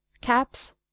caps